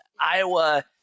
Iowa